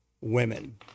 women